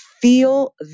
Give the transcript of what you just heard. feel